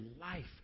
life